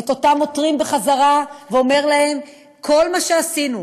את אותם עותרים בחזרה ואומר להם שכל מה שעשינו